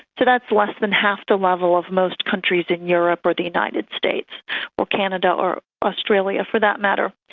so that's less than half the level of most countries in europe or the united states or canada or australia for that matter.